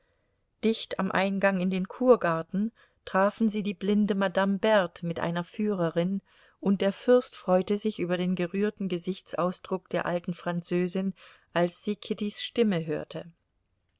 dicht am eingang in den kurgarten trafen sie die blinde madame berthe mit einer führerin und der fürst freute sich über den gerührten gesichtsausdruck der alten französin als sie kittys stimme hörte